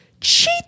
cheat